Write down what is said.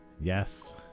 yes